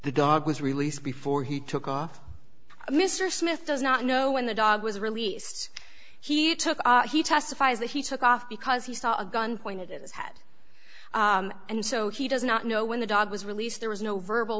the dog was released before he took off mr smith does not know when the dog was released he took he testifies that he took off because he saw a gun pointed at his head and so he does not know when the dog was released there was no verbal